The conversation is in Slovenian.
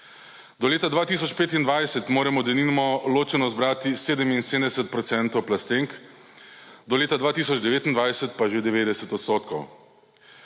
Do leta 2025 moramo, denimo, ločeno zbrati 77 procentov plastenk, do leta 2029 pa že 90